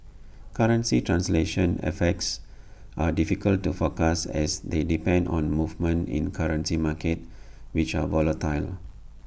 currency translation effects are difficult to forecast as they depend on movements in currency markets which are volatile